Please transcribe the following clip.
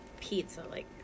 pizza-like